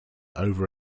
over